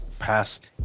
Past